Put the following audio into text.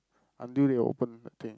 until they open the thing